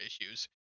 issues